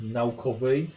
naukowej